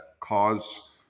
cause